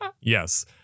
yes